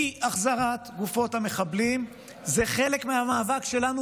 אי-החזרת גופות המחבלים זה חלק מהמאבק שלנו